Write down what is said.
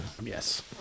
Yes